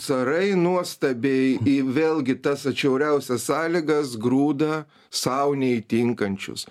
carai nuostabiai vėlgi tas atšiauriausias sąlygas grūda sau neįtinkančius